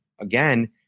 again –